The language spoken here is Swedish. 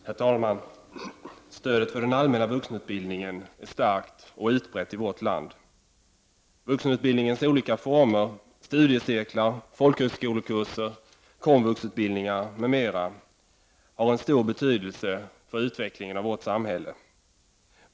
Herr talman! Stödet för den allmänna vuxenutbildningen är starkt och utbrett i vårt land. Vuxenutbildningens olika former — studiecirklar, folkhögskolekurser, komvuxutbildningar m.m. — har en stor betydelse för utvecklingen av vårt samhälle.